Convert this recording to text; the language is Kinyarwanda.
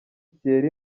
thierry